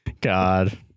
God